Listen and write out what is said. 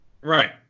Right